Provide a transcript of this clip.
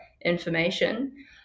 information